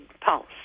pulse